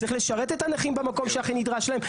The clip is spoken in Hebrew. צריך לשרת את הנכים במקום שהכי נדרש להם,